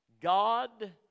God